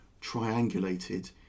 triangulated